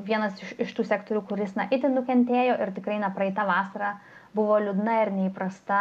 vienas iš tų sektorių kuris na itin nukentėjo ir tikrai na praeita vasara buvo liūdna ir neįprasta